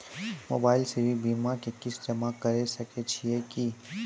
Mobile से भी बीमा के किस्त जमा करै सकैय छियै कि?